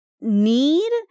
need